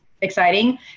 exciting